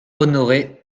honoré